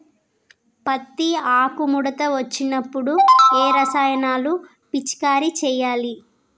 పత్తి ఆకు ముడత వచ్చినప్పుడు ఏ రసాయనాలు పిచికారీ చేయాలి?